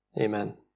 Amen